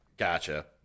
Gotcha